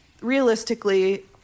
realistically